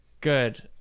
good